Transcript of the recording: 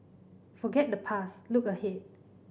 forget the past look ahead